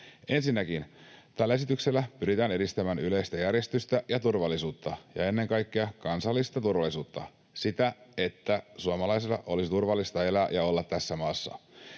Ensinnäkin tällä esityksellä pyritään edistämään yleistä järjestystä ja turvallisuutta ja ennen kaikkea kansallista turvallisuutta, sitä, että suomalaisilla olisi turvallista elää ja olla tässä maassa.